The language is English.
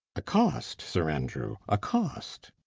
accost, sir andrew, accost.